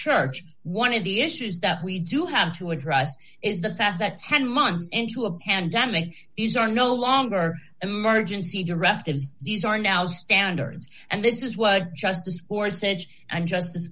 church one of the issues that we do have to address is the fact that ten months into a pandemic these are no longer emergency directives these are now standards and this is what just discourse age and justice